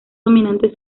dominantes